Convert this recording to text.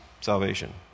salvation